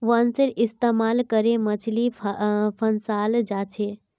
बांसेर इस्तमाल करे मछली फंसाल जा छेक